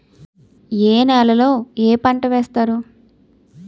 ఏ నేలలో ఏ పంట వేస్తారు?